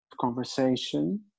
conversation